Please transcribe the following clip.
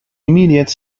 immediate